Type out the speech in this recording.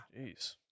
Jeez